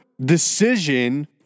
decision